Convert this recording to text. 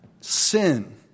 sin